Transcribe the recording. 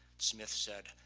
smith said,